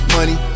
Money